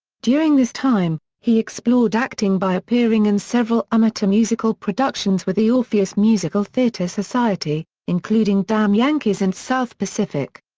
during this time, he explored acting by appearing in several amateur musical productions with the orpheus musical theatre society, including damn yankees and south pacific.